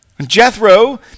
Jethro